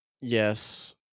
yes